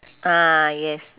ah yes